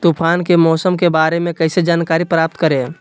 तूफान के मौसम के बारे में कैसे जानकारी प्राप्त करें?